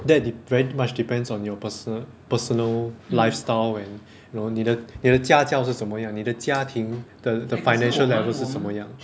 that de~ very much depends on your person~ personal lifestyle and you know 你的家教是什么样你的家庭的的 financial level 是什么样